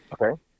Okay